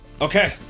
Okay